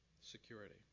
security